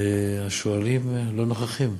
והשואלים אינם נוכחים.